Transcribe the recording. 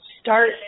Start